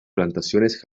plantaciones